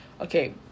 Okay